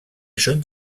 jeunes